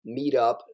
Meetup